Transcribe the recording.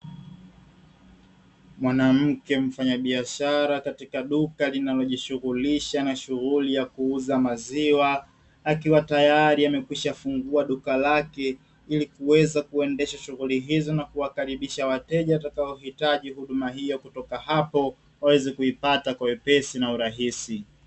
Mwanamke mfanyabiashara katika duka linalojishughulisha na shughuli ya kuuza maziwa, akiwa tayari amekwisha fungua duka lake ili kuweza kuendesha shughuli hizo na kuwakaribisha wateja watakaohitaji huduma hiyo kutoka hapo waweze kuipata kwa wepesi na urahisi.